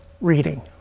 reading